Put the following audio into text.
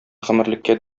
гомерлеккә